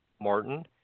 Martin